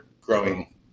growing